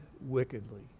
wickedly